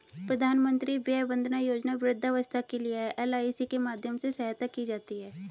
प्रधानमंत्री वय वंदना योजना वृद्धावस्था के लिए है, एल.आई.सी के माध्यम से सहायता की जाती है